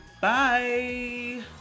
Bye